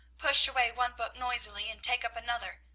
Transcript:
push away one book noisily and take up another,